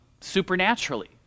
supernaturally